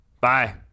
Bye